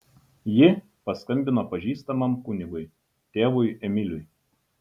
ji paskambino pažįstamam kunigui tėvui emiliui